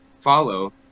follow